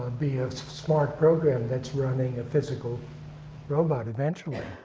be a smart program that's running a physical robot eventually.